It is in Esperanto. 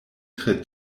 tre